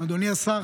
אדוני השר,